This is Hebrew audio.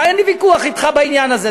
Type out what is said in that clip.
ואין לי ויכוח אתך בעניין הזה.